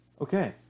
Okay